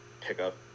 pickup